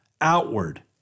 Outward